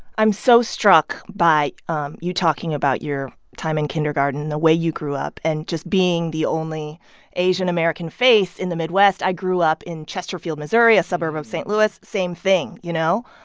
i'm so struck by um you talking about your time in kindergarten, the way you grew up and just being the only asian-american face in the midwest. i grew up in chesterfield, mo, a suburb of st. louis same thing, you know.